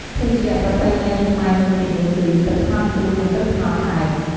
ភេសជ្ជៈប្រពៃណីខ្មែរមួយទៀតនោះគឺ ទឹកត្នោតជូរ និងទឹកត្នោតផ្អែម។